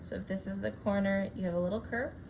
so if this is the corner you have a little curve